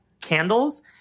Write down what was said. candles